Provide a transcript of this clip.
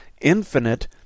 infinite